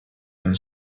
his